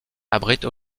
abrite